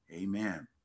amen